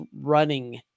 running